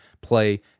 play